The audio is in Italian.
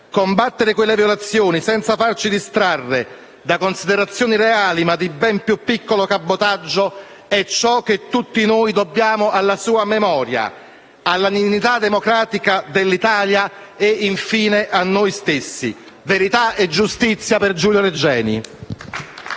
Combattere quelle violazioni senza farci distrarre da considerazioni reali, ma di ben più piccolo cabotaggio è ciò che tutti noi dobbiamo alla sua memoria, alla dignità democratica dell'Italia e, infine, a noi stessi. Verità e giustizia per Giulio Regeni!